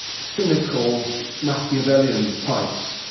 cynical machiavellian types.